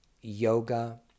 yoga